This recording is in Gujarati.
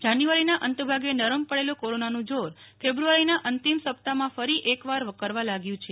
જાન્યુઆરીના અંતભાગે નરમ પડેલું કોરોનાનું જોર ફેબ્રુઆરીના અંતિમ સપ્તાહમાં ફરી એકવાર વકરવા લાગ્યું છે